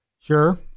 Sure